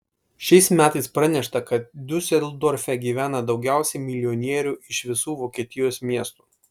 šiais metais pranešta kad diuseldorfe gyvena daugiausiai milijonierių iš visų vokietijos miestų